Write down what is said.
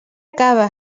cava